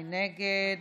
מי נגד?